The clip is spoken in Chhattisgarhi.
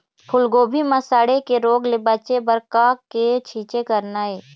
फूलगोभी म सड़े के रोग ले बचे बर का के छींचे करना ये?